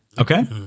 Okay